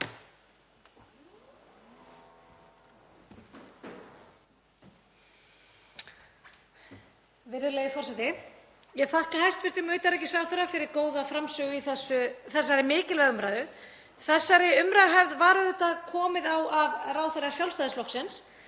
Þessari umræðuhefð var auðvitað komið á af ráðherra Sjálfstæðisflokksins.